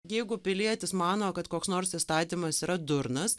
jeigu pilietis mano kad koks nors įstatymas yra durnas